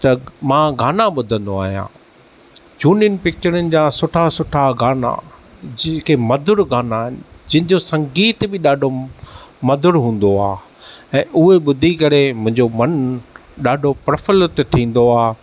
चग मां गाना ॿुधंदो आहियां झूनिनि पिक्चरनि जा सुठा सुठा गाना जेके मधुर गाना आहिनि जंहिं जो संगीतु बि ॾाढो मधुर हूंदो आहे ऐं उहे ॿुधी करे मुंहिंजो मन ॾाढो प्रफ़ुल्लित थींदो आहे